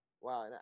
Wow